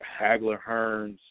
Hagler-Hearns